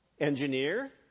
Engineer